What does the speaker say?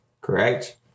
Correct